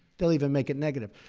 they'll even make it negative.